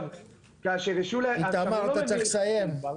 איתמר, אתה צריך לסיים.